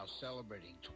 celebrating